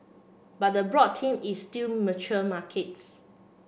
but the broad team is still mature markets